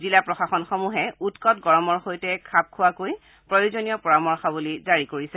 জিলা প্ৰশাসনসমূহে উৎকত গৰমৰ সৈতে খাপ খোৱাই প্ৰয়োজনীয় পৰামৰ্শৱলী জাৰি কৰিছে